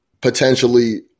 potentially